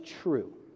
true